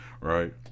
right